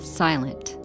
silent